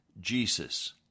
Jesus